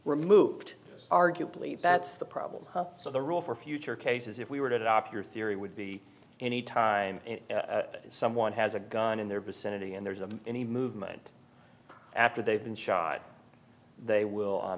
removed arguably that's the problem so the rule for future cases if we were to adopt your theory would be any time someone has a gun in their vicinity and there's a any movement after they've been shot they will